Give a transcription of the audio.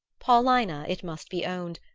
paulina, it must be owned,